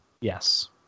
Yes